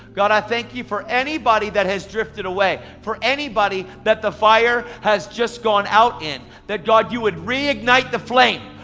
god i thank you for anybody that has drifted away, anybody that the fire has just gone out in. that god you would reignite the flame.